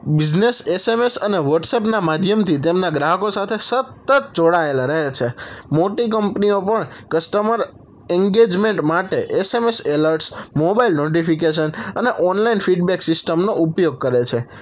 business SMS અને વ્હોટસપના માધ્યમથી તેમના ગ્રાહકો સાથે સતત જોડાયેલા રહે છે મોટી કંપનીઓ પણ કસ્ટમર એન્ગેજમેન્ટ માટે એસએમએસ એલર્ટસ મોબાઈલ નોટિફિકેશન અને ઓનલાઇન ફીડબેક સિસ્ટમનો ઉપયોગ કરે છે